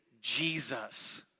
Jesus